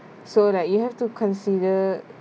so like you have to consider